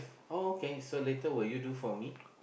oh okay so later will you do for me